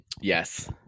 Yes